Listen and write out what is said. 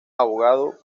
abogado